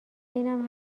اینم